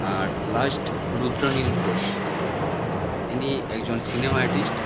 আর last Rudranil Ghosh ইনি একজন cinema artist